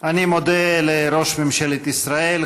אני מודה לראש ממשלת ישראל,